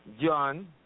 John